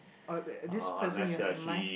oh this person you have in mind